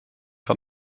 van